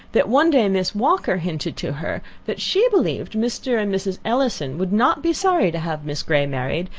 that one day miss walker hinted to her, that she believed mr. and mrs. ellison would not be sorry to have miss grey married,